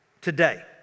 today